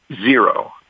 zero